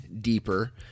deeper